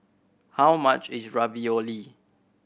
how much is Ravioli